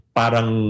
parang